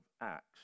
Acts